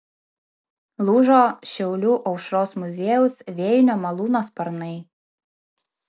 lūžo šiaulių aušros muziejaus vėjinio malūno sparnai